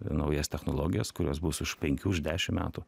naujas technologijas kurios bus už penkių už dešim metų